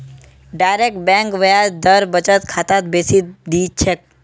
direct bank ब्याज दर बचत खातात बेसी दी छेक